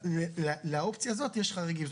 לאופציה הזאת יש חריגים,